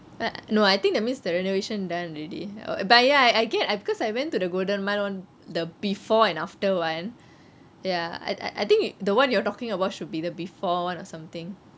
no I think that means the renovation done already ah but ya I guess because I went to the golden mile [one] the before and after [one] ya I I think the [one] you are talking about should be the before [one] or something